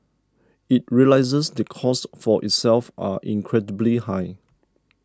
it realises the costs for itself are incredibly high